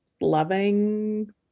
loving